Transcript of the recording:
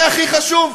זה הכי חשוב?